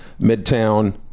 Midtown